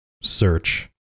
search